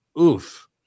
oof